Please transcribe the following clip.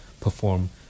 perform